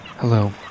Hello